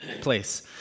place